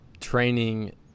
training